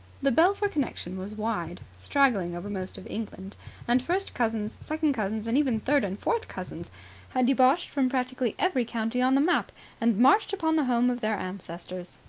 the belpher connection was wide, straggling over most of england and first cousins, second cousins and even third and fourth cousins had debouched from practically every county on the map and marched upon the home of their ancestors.